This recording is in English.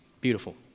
Beautiful